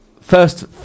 first